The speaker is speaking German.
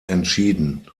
entschieden